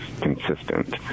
consistent